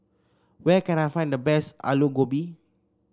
where can I find the best Alu Gobi